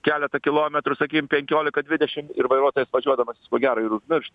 keleta kilometrų sakym penkiolika dvidešim ir vairuotojas važiuodamas jis ko gero ir užmirš